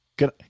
Good